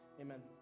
Amen